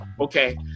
okay